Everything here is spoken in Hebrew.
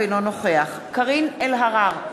אינו נוכח קארין אלהרר,